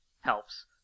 helps